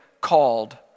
called